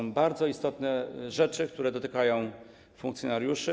To są bardzo istotne rzeczy, które dotykają funkcjonariuszy.